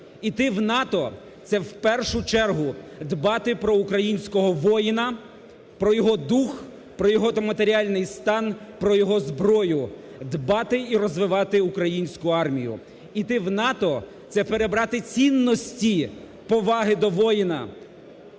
Йти в НАТО – це в першу чергу дбати про українського воїна, про його дух, про його матеріальний стан, про його зброю, дбати і розвивати українську армію. Йти в НАТО – це перебрати цінності поваги до воїна,